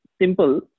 simple